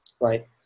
right